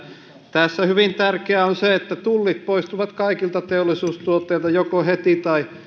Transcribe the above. tässä hyvin tärkeää on se että tullit poistuvat kaikilta teollisuustuotteilta joko heti tai